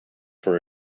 for